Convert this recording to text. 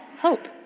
hope